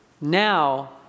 Now